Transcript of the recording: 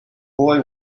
boy